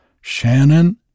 Shannon